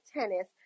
tennis